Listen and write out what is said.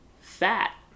fat